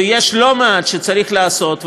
ויש לא מעט שצריך לעשות,